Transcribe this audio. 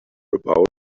about